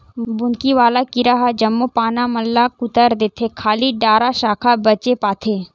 बुंदकी वाला कीरा ह जम्मो पाना मन ल कुतर देथे खाली डारा साखा बचे पाथे